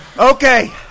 Okay